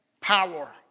power